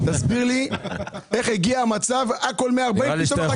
תסביר לי איך זה הגיע למצב שהכול 140,000?